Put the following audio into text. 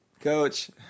Coach